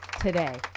Today